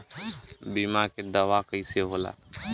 बीमा के दावा कईसे होला?